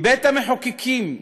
מבית-המחוקקים,